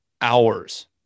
hours